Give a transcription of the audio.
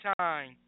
time